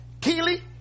Keely